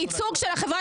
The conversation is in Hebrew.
זה דבר קשה